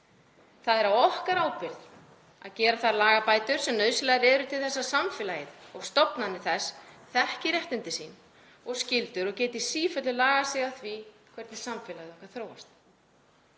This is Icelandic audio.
Það er á okkar ábyrgð að gera þær lagabætur sem nauðsynlegar eru til þess að samfélagið og stofnanir þess þekki réttindi sín og skyldur og geti í sífellu lagað sig að því hvernig samfélagið þróast.